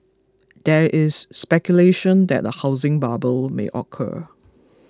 there is speculation that a housing bubble may occur